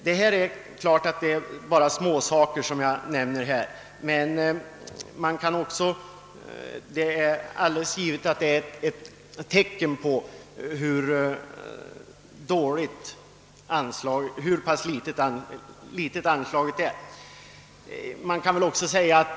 Det är klart att det jag nu har nämnt bara är småsaker. Men det är ett tecken på hur litet anslaget är.